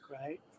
right